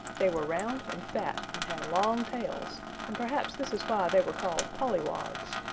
they were round and fat and had long tails and perhaps this is why they were called pollywogs.